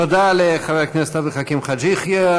תודה לחבר הכנסת עבד אל חכים חאג' יחיא.